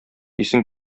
исең